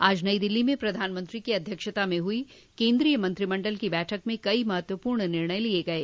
आज नई दिल्ली में प्रधानमंत्री की अध्यक्षता में हुई केन्द्रीय मंत्रिमण्डल की बैठक में कई महत्वपूर्ण निर्णय लिये गये